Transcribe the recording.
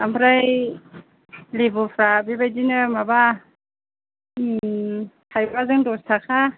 ओमफ्राय लेबुफ्रा बेबायदिनो माबा थाइबाजों दस थाखा